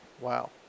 Wow